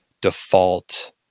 default